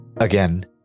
Again